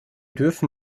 dürfen